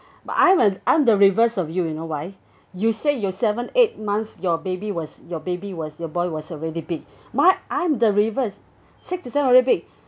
but I'm and I'm the reverse of you you know why you say you're seven eight months your baby was your baby was your boy was already big my I'm the reverse six to seven already big